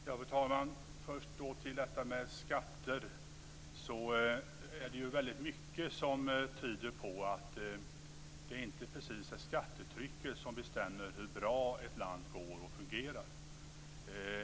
Fru talman! Först till frågan om skatter. Det är väldigt mycket som tyder på att det inte precis är skattetrycket som bestämmer hur bra ett land går och fungerar.